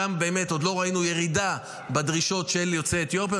שם באמת עוד לא ראינו ירידה בדרישות של יוצאי אתיופיה.